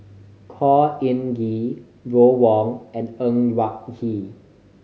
Khor Ean Ghee Ron Wong and Ng Yak Whee